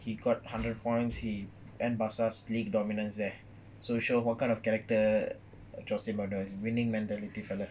he got hundred points he and end barce's league dominance there so show what kind of character jose mourinho his winning mentality fella